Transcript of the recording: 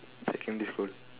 secondary school